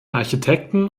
architekten